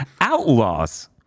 Outlaws